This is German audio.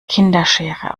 kinderschere